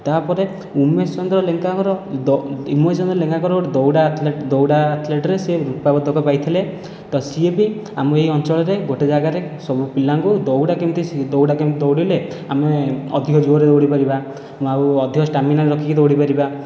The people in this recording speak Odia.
ତାପରେ ଉମେଶ ଚନ୍ଦ୍ର ଲେଙ୍କାଙ୍କର ଉମେଶ ଚନ୍ଦ୍ର ଲେଙ୍କାଙ୍କର ଗୋଟିଏ ଦୌଡ଼ା ଆଥଲେଟ୍ ଦୌଡ଼ା ଆଥଲେଟରେ ସେ ରୂପା ପଦକ ପାଇଥିଲେ ତ ସିଏ ବି ଆମ ଏଇ ଅଞ୍ଚଳରେ ଗୋଟିଏ ଜାଗାରେ ସବୁ ପିଲାଙ୍କୁ ଦୌଡ଼ା କେମିତି ଶି ଦୌଡ଼ା କେମିତି ଦୌଡ଼ିଲେ ଆମେ ଅଧିକ ଜୋରରେ ଦୌଡ଼ିପାରିବା ଆଉ ଅଧିକ ଷ୍ଟାମିନା ରଖିକି ଦୌଡ଼ିପାରିବା